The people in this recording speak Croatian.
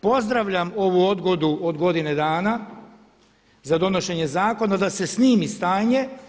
Pozdravljam ovu odgodu od godine dana za donošenje zakona da se snimi stanje.